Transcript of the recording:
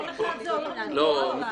זה אלפים.